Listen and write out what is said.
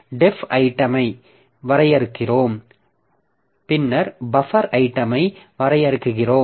def ஐட்டமை வரையறுக்கிறோம் பின்னர் பஃபேர் ஐட்டமை வரையறுக்கிறோம்